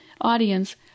audience